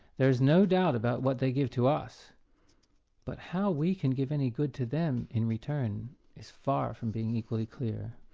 there is no doubt about what they give to us but how we can give any good thing to them in return is far from being equally clear.